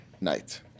night